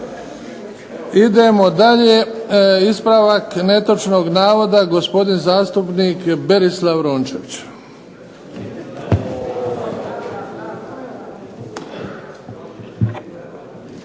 Idemo dalje, ispravak netočnog navoda gospodin zastupnik Berislav Rončević.